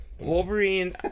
Wolverine